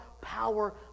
power